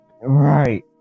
Right